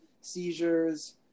seizures